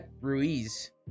Ruiz